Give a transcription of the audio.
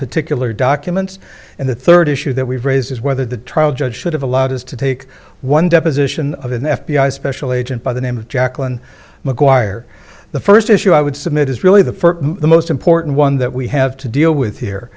particular documents and the third issue that we've raised is whether the trial judge should have allowed us to take one deposition of an f b i national agent by the name of jacqueline mcguire the first issue i would submit is really the first the most important one that we have to deal with here